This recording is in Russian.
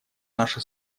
наша